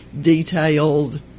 detailed